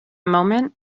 moment